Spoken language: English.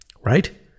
Right